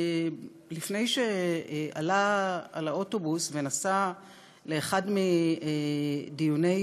לפני שעלה על האוטובוס ונסע לאחד מדיוני